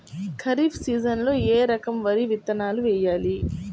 ఖరీఫ్ సీజన్లో ఏ రకం వరి విత్తనాలు వేయాలి?